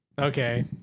okay